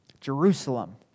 Jerusalem